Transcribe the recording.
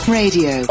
radio